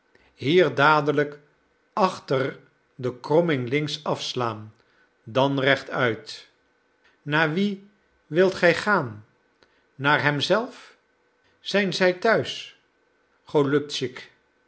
hier dadelijk achter de kromming links afslaan dan rechtuit naar wien wilt gij gaan naar hem zelf zijn zij thuis